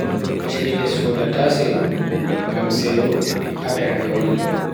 Chede sodata seyo, ngam seyo ha bernde woni.